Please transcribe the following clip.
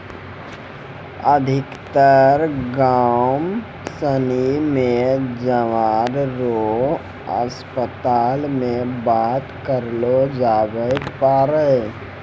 अधिकतर गाम सनी मे जानवर रो अस्पताल मे बात करलो जावै पारै